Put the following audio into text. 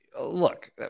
look